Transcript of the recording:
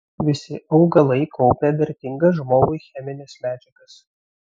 visi augalai kaupia vertingas žmogui chemines medžiagas